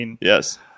Yes